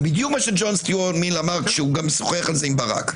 זה בדיוק מה שהוא אמר כשהוא שוחח על כך עם ברק.